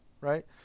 right